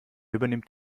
übernimmt